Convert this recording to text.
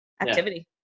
activity